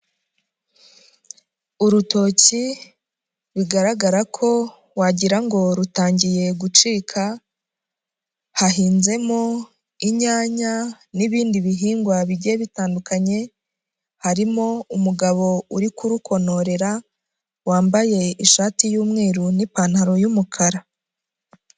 Urutoki bigaragara ko wagira ngo rutangiye gucika, hahinzemo inyanya n'ibindi bihingwa bigiye bitandukanye harimo umugabo uri kurukomorera, wambaye ishati y'umweru n'ipantaro y'umukara.